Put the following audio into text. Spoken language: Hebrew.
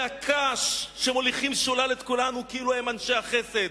הקש שמוליכים שולל את כולנו כאילו הם אנשי החסד.